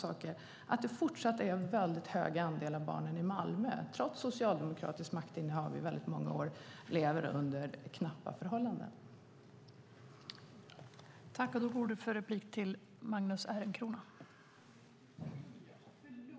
Hur kan det då fortsatt vara en stor andel av barnen i Malmö som lever under knappa förhållanden, trots socialdemokratiskt maktinnehav under många år?